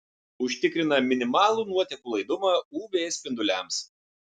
užtikrina minimalų nuotekų laidumą uv spinduliams